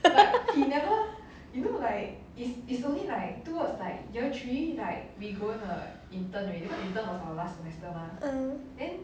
mm